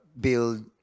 build